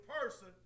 person